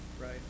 right